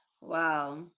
Wow